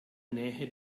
nähe